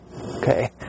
okay